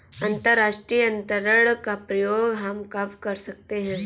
अंतर्राष्ट्रीय अंतरण का प्रयोग हम कब कर सकते हैं?